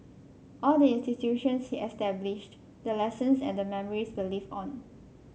all the institutions he established the lessons and the memories will live on